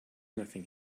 nothing